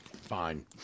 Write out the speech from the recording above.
Fine